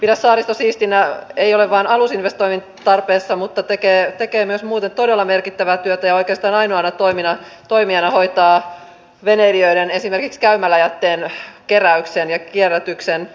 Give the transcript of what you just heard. pidä saaristo siistinä ei ole vain alusinvestointien tarpeessa vaan tekee myös muuten todella merkittävää työtä ja oikeastaan ainoana toimijana hoitaa esimerkiksi veneilijöiden käymäläjätteen keräyksen ja kierrätyksen